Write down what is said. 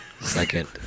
Second